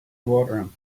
watering